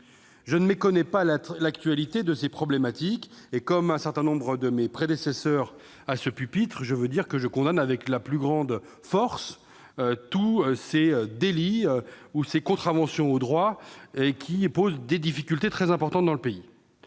Je ne méconnais pas l'actualité de ces problématiques et, comme un certain nombre des orateurs qui m'ont précédé, je condamne avec la plus grande force tous ces délits ou contraventions au droit qui posent des difficultés très importantes dans le pays.